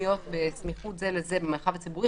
להיות בסמיכות זה לזה במרחב הציבורי,